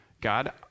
God